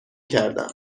کردم